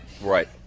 Right